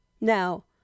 Now